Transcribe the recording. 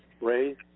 Ray